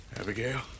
Abigail